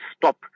stop